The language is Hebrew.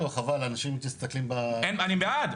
מושיקו חבל אנשים מסתכלים ב -- אני בעד,